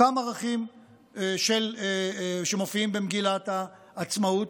אותם ערכים שמופיעים במגילת העצמאות.